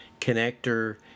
connector